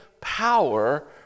power